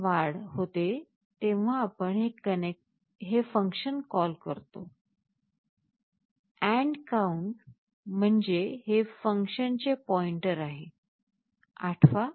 जेव्हा वाढ होते तेव्हा आपण हे फन्कशन कॉल करतो count म्हणजे हे फंक्शनचे पॉईंटर आहे